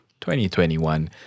2021